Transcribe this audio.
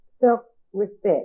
self-respect